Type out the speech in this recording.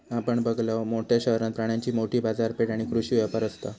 आपण बघलव, मोठ्या शहरात प्राण्यांची मोठी बाजारपेठ आणि कृषी व्यापार असता